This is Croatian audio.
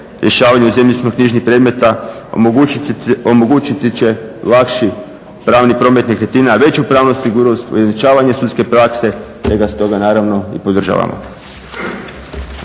rješavanju zemljišno-knjižnih predmeta, omogućiti će lakši pravni promet nekretnina, veću pravnu sigurnost, ujednačavanje sudske prakse, te ga stoga naravno i podržavamo.